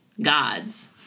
gods